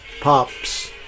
pops